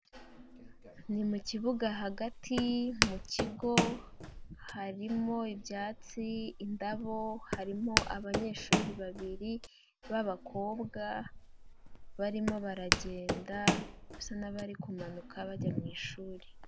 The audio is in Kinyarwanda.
Ni mu kibuga hagati mu kigo, harimo ibyatsi, indabo, harimo abanyeshuri babiri b'abakobwa barimo baragenda, basa n'abari kumanuka bajya mu ishuri.